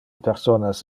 personas